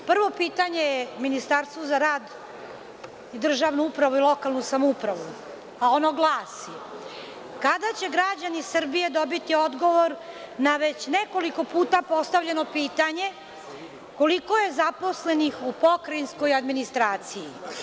Prvo pitanje je Ministarstvu za rad, državnu upravu i lokalnu samoupravu, a ono glasi – kada će građani Srbije dobiti odgovor na već nekoliko puta postavljeno pitanje, koliko je zaposlenih u pokrajinskoj administraciji.